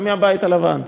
גם מהבית הלבן.